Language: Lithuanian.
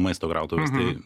maisto krautuvės tai